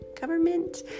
government